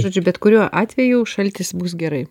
žodžiu bet kuriuo atveju šaltis bus gerai